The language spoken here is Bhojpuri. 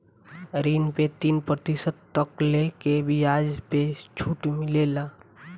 ऋण पे तीन प्रतिशत तकले के बियाज पे छुट मिलेला